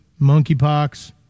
monkeypox